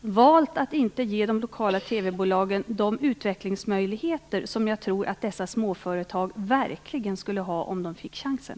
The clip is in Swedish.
valt att inte ge de lokala TV bolagen de utvecklingsmöjligheter som jag tror att dessa småföretag verkligen skulle ha, om de fick chansen.